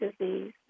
disease